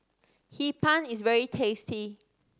Hee Pan is very tasty